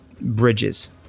bridges